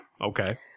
Okay